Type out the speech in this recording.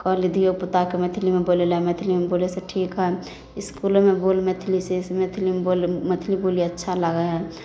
कहली धिओपुताके मैथिलीमे बोलैलए मैथिलीमे बोलै से हइ इसकुलो बोल मैथिली से मैथिलीमे बोलै से मैथिली बोली अच्छा लागै हइ